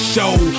Show